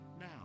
now